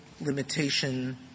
limitation